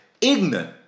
ignorant